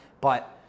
but-